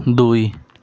ଦୁଇ